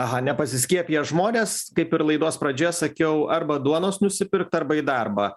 aha nepasiskiepiję žmonės kaip ir laidos pradžioje sakiau arba duonos nusipirkt arba į darbą